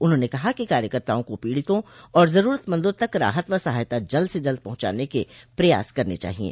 उन्होंने कहा कि कार्यकर्ताओं को पीड़ितों और जरूरतमंदों तक राहत व सहायता जल्द से जल्द पहुंचाने के प्रयास करने चाहिये